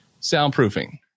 soundproofing